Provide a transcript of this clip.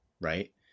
right